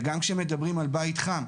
וגם כשמדברים על בית חם,